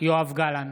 יואב גלנט,